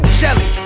Shelly